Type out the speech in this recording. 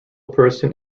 person